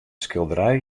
skilderij